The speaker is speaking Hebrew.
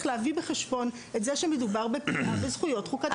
להביא בחשבון את זה שמדובר בפגיעה בזכויות חוקתיות.